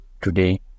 Today